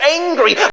angry